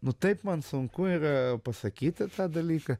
nu taip man sunku yra pasakyti tą dalyką